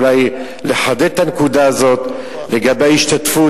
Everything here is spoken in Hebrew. אולי לחדד את הנקודה הזאת לגבי ההשתתפות,